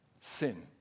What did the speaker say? sin